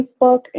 Facebook